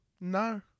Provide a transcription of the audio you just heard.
no